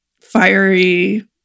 fiery